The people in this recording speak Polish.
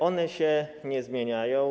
One się nie zmieniają.